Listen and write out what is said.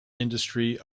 industry